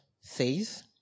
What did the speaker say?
says